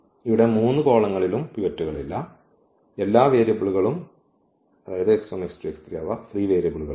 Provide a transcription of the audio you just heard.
ഇവിടെ മൂന്ന് കോളങ്ങളിലും പിവറ്റുകൾ ഇല്ല ഇവിടെ എല്ലാ വേരിയബിളുകളും അവ ഫ്രീ വേരിയബിളുകളാണ്